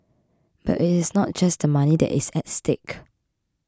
but it is not just the money that is at stake